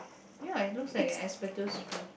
ya it looks like an asbestos roof